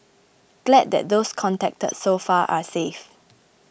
glad that those contacted so far are safe